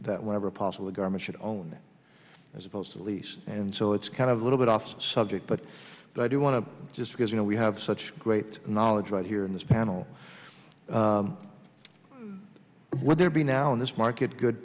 that whenever possible the government should own that as opposed to lease and so it's kind of a little bit off subject but i do want to just because you know we have such great knowledge right here in this panel will there be now in this market good